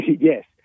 Yes